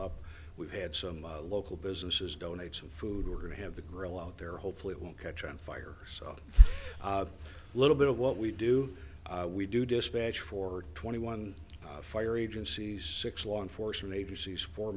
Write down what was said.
up we've had some local businesses donate some food we're going to have the grill out there hopefully it won't catch on fire so a little bit of what we do we do dispatch for twenty one fire agencies six law enforcement agencies for